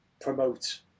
promote